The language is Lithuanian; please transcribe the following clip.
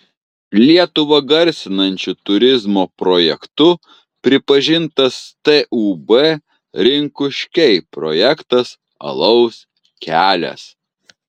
lietuvą garsinančiu turizmo projektu pripažintas tūb rinkuškiai projektas alaus kelias